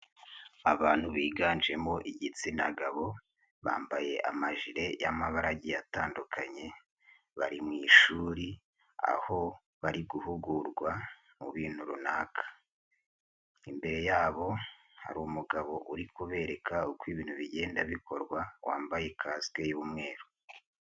Abantu biganjemo igitsina gabo bambaye amajire y'amabara agiye atandukanye bari mu ishuri aho bari guhugurwa mu bintu runaka, imbere yabo hari umugabo uri kubereka uko ibintu bigenda bikorwa wambaye kasike y'umweru.